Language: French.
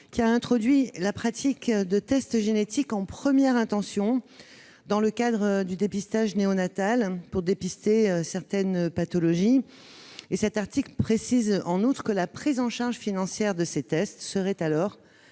qui introduit la pratique de tests génétiques en première intention dans le cadre du dépistage néonatal. Cet article vise à préciser, en outre, que la prise en charge financière de ces tests serait alors